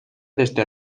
desde